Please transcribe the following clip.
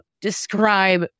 describe